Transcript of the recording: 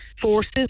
forces